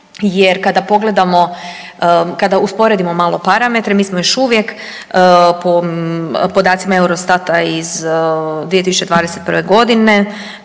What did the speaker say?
jer kada pogledamo kada usporedimo malo parametre mi smo još uvijek po podacima Eurostata iz 2021.g.